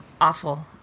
awful